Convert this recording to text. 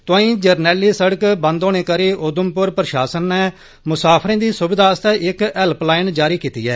तुंआई जरनैली सड़क बंद होने करि उधमप्र प्रशासन नै मुसाफरें दी सुविधा आस्तै इक हैल्पलाईन कायम कीती ऐ